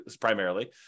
primarily